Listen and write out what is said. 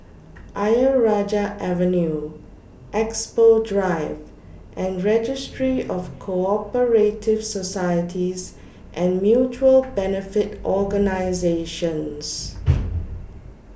Ayer Rajah Avenue Expo Drive and Registry of Co Operative Societies and Mutual Benefit Organisations